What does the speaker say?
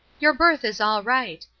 your birth is all right.